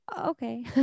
okay